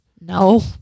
No